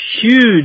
huge